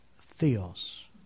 theos